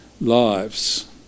lives